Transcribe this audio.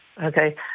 Okay